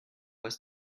was